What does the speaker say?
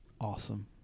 Awesome